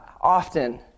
often